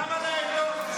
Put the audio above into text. למה להם לא?